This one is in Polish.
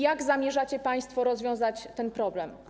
Jak zamierzacie państwo rozwiązać ten problem?